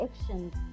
actions